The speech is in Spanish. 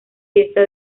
fiesta